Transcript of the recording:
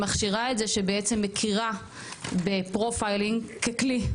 שמכשירה את זה, שבעצם מכירה בפרופיילינג ככלי.